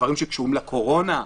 לדברים שקשורים לקורונה,